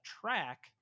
track